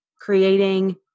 creating